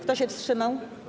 Kto się wstrzymał?